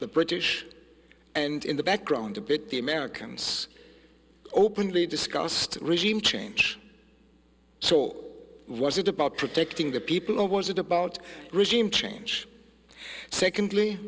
the british and in the background a bit the americans openly discussed regime change so was it about protecting the people or was it about regime change secondly